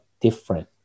different